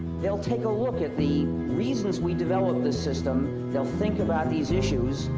they'll take a look at the reasons we developed this system. they'll think about these issues.